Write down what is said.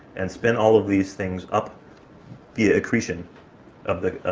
and spin all of these things up via accretion of the,